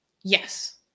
Yes